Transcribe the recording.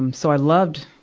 um so i loved,